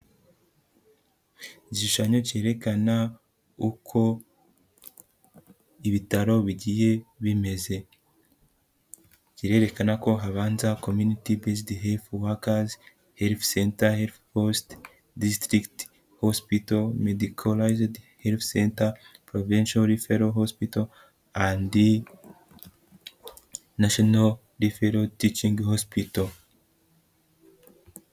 Igishanyo cyerekana uko ibitaro bigiye bimeze kirerekana ko habanza communitybsd heh warkers helf center healt post distict hospital medicalized hilp center provcial ferlo hospital and natinel defelo tecg hospital